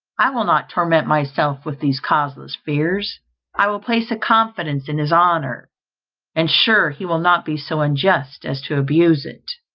i will not torment myself with these causeless fears i will place a confidence in his honour and sure he will not be so unjust as to abuse it.